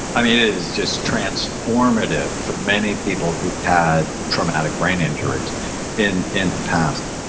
i mean it is just transformative for many people who had traumatic brain injuries in in the past.